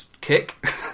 kick